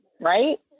right